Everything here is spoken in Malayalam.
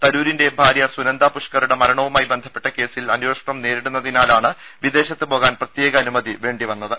തരൂരിന്റെ ഭാര്യ സുനന്ദ പുഷ്കറുടെ മരണവുമായി ബന്ധ പ്പെട്ട കേസിൽ അന്വേഷണം നേരിടുന്നതിനാലാണ് വിദേശത്ത് പോകാൻ പ്രത്യേക അനുമതി വേണ്ടിവന്നത്